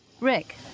Rick